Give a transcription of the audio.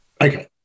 Okay